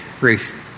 Ruth